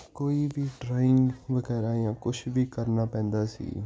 ਕੋਈ ਵੀ ਡਰਾਇੰਗ ਵਗੈਰਾ ਜਾਂ ਕੁਛ ਵੀ ਕਰਨਾ ਪੈਂਦਾ ਸੀ